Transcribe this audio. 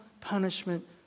punishment